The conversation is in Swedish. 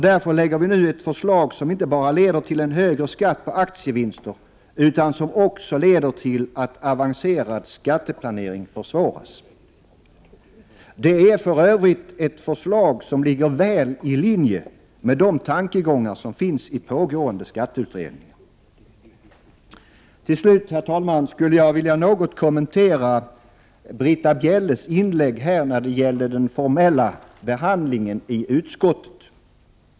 Därför lägger vi nu fram ett förslag, som leder inte bara till en högre skatt på aktievinster utan också till att avancerad skatteplanering försvåras. Det är för övrigt ett förslag, som ligger väl i linje med de tankegångar som finns i pågående skatteutredningar. Till sist, herr talman, skulle jag något vilja kommentera Britta Bjelles inlägg när det gäller den formella behandlingen i utskottet.